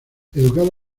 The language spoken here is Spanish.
educado